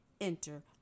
enter